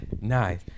Nice